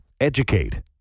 educate